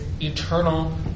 eternal